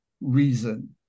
reason